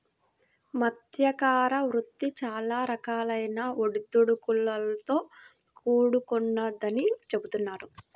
మత్స్యకార వృత్తి చాలా రకాలైన ఒడిదుడుకులతో కూడుకొన్నదని చెబుతున్నారు